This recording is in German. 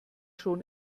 schon